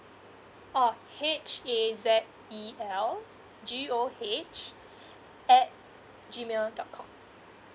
oh H A Z E L G O H at G mail dot com